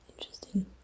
interesting